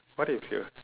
what if you